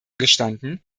gestanden